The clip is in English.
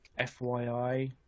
FYI